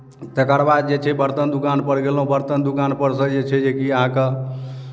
तकर बाद जे छै बरतन दोकानपर गेलहुँ बरतन दोकानपर सँ जे छै जेकि अहाँकेँ